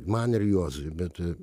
man ir juozui bet